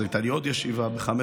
אחרי זה הייתה לי עוד ישיבה ב-05:00,